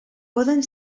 poden